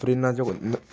freelancer जेको